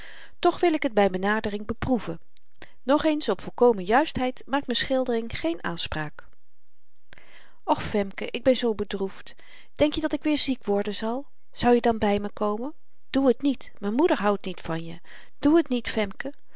toch wil ik het by benadering beproeven nogeens op volkomen juistheid maakt m'n schildering geen aanspraak och femke ik ben zoo bedroefd denk je dat ik weer ziek worden zal zou je dan by me komen doe het niet m'n moeder houdt niet van je doe t niet femke